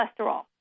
cholesterol